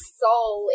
soul